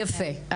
יפה.